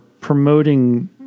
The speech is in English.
promoting